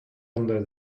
under